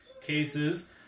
cases